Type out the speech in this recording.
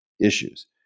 issues